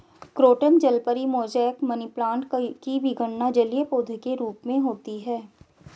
croton जलपरी, mosaic, money plant की भी गणना जलीय पौधे के रूप में होती है